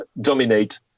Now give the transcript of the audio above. dominate